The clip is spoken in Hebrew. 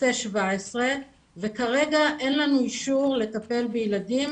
בטפסי 17 וכרגע אין לנו אישור לטפל בילדים